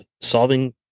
solving